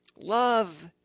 Love